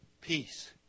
peace